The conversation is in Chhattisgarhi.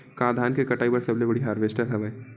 का धान के कटाई बर सबले बढ़िया हारवेस्टर हवय?